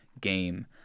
game